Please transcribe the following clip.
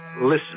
listen